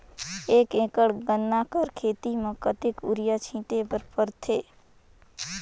एक एकड़ गन्ना कर खेती म कतेक युरिया छिंटे बर पड़थे?